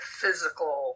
physical